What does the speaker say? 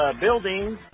buildings